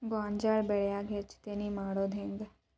ಗೋಂಜಾಳ ಬೆಳ್ಯಾಗ ಹೆಚ್ಚತೆನೆ ಮಾಡುದ ಹೆಂಗ್?